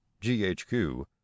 GHQ